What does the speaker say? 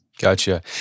Gotcha